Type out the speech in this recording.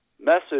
Message